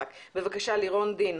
בבקשה, לירון דין.